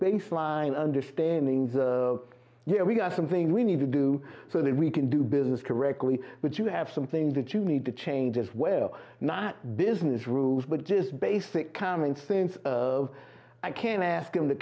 baseline understanding you know we got something we need to do so that we can do business correctly but you have something that you need to change as well not business rules but just basic common sense of i can ask him to